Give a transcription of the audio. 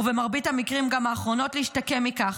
ובמרבית המקרים גם האחרונות להשתקם מכך,